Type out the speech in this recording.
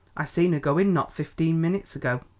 i seen her go in not fifteen minutes ago.